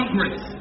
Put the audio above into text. Congress